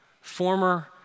former